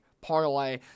Parlay